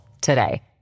today